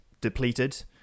depleted